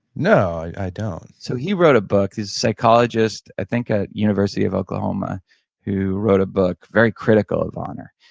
no, i don't so he wrote a book these psychologists, i think at university of oklahoma who wrote a book very critical of honor.